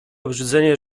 obrzydzenie